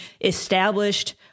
established